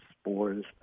spores